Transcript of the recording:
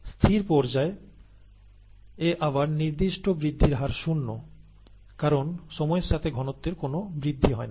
স্থির পর্যায়' এ আবার নির্দিষ্ট বৃদ্ধির হার শূন্য কারণ সময়ের সাথে ঘনত্বের কোন বৃদ্ধি হয় না